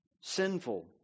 sinful